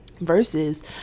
versus